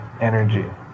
energy